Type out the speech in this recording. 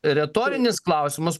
retorinis klausimas